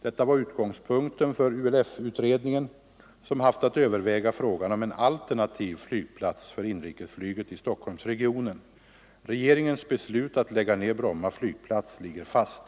Detta var utgångspunkten för ULF-utredningen, som Om bibehållande haft att överväga frågan om en alternativ flygplats för inrikesflyget i av Bromma ligger fast.